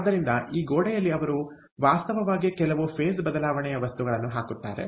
ಆದ್ದರಿಂದ ಈ ಗೋಡೆಯಲ್ಲಿ ಅವರು ವಾಸ್ತವವಾಗಿ ಕೆಲವು ಫೇಸ್ ಬದಲಾವಣೆಯ ವಸ್ತುಗಳನ್ನು ಹಾಕುತ್ತಾರೆ